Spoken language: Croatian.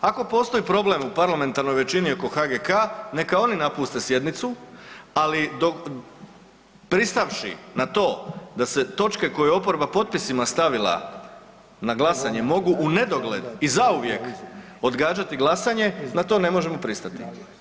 Ako postoji problem u parlamentarnoj većini oko HGK neka oni napuste sjednicu, ali pristavši na to da se točke koje je oporba potpisima stavila na glasanje mogu u nedogled i zauvijek odgađati glasanje na to ne možemo pristati.